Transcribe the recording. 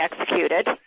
executed